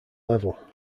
level